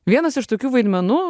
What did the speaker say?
vienas iš tokių vaidmenų